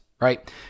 right